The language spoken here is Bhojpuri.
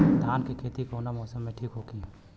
धान के खेती कौना मौसम में ठीक होकी?